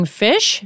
fish